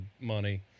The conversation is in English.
money